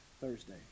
Thursday